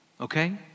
Okay